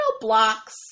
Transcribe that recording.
blocks